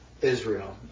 Israel